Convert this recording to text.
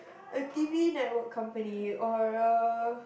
a T_V network company or a